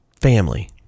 family